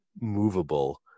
movable